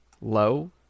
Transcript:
low